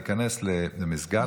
להיכנס למסגד,